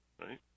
right